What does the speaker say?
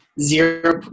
zero